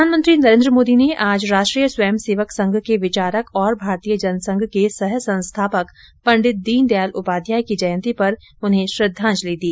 प्रधानमंत्री नरेंद्र मोदी ने आज राष्ट्रीय स्वयंसेवक संघ के विचारक और भारतीय जनसंघ के सह संस्थापक पंडित दीनदयाल उपाध्याय की जयंती पर उन्हें श्रद्धांजलि दी